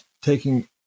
taking